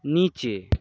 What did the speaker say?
নিচে